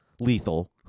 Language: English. lethal